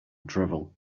drivel